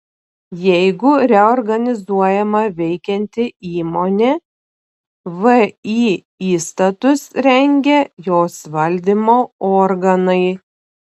jeigu reorganizuojama veikianti įmonė vį įstatus rengia jos valdymo organai